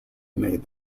made